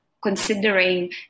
considering